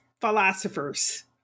philosophers